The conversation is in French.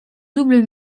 double